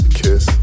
kiss